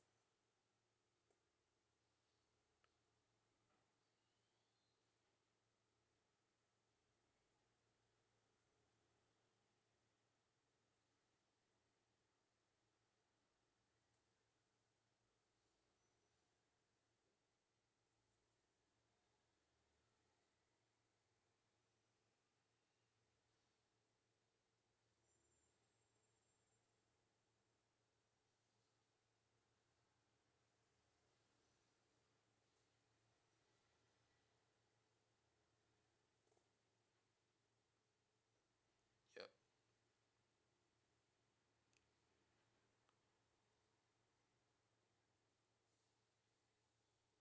ya